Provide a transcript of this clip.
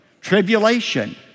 Tribulation